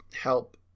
help